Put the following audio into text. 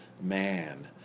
Man